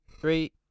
three